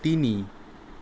তিনি